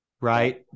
right